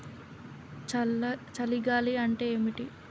చలి గాలి అంటే ఏమిటి?